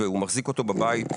והוא מחזיק אותו בבית,